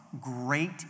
great